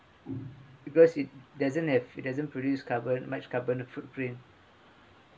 because it doesn't have it doesn't produce carbon much carbon footprint